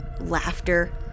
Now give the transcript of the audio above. laughter